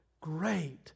great